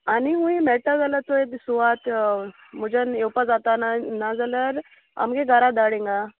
आनी हूंय मेळटा जाल्यार चोय थंय सुवात म्हज्यान येवपा जाता ना नाजाल्यार आमगे घारा धाड हिंगा